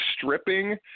stripping